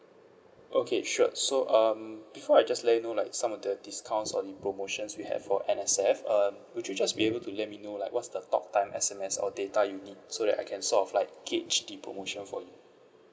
okay sure so um before I just let you know like some of the discounts or the promotions we have for N_S_F um would you just be able to let me know like what's the talk time S_M_S or data you need so that I can sort of like gauge the promotion for you